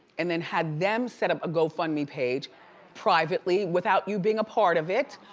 and then had them set up a gofundme page privately without you being a part of it,